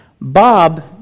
Bob